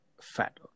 fat